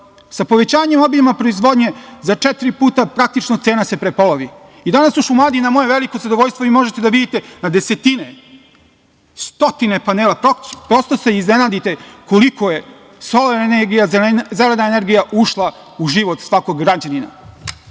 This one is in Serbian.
Sa povećanjem obima proizvodnje za četiri puta, praktično cena se prepolovi. Danas u Šumadiji na moje veliko zadovoljstvo vi možete da vidite na desetine, stotine panela, prosto se iznenadite koliko je solarna energija, zelena energija ušla u život svakog građanina. Bilo